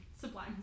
Sublime